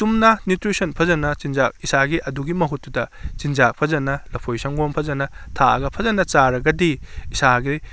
ꯆꯨꯝꯅ ꯅ꯭ꯌꯨꯇ꯭ꯔꯤꯁꯟ ꯐꯖꯅ ꯆꯤꯟꯖꯥꯛ ꯏꯁꯥꯒꯤ ꯃꯗꯨꯒꯤ ꯃꯍꯨꯠꯇꯨꯗ ꯆꯤꯟꯖꯥꯛ ꯐꯖꯅ ꯂꯐꯣꯏ ꯁꯪꯒꯣꯝ ꯐꯖꯅ ꯊꯛꯂꯒ ꯄꯖꯅ ꯆꯥꯔꯒꯗꯤ ꯏꯁꯥꯒꯤ